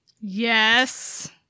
Yes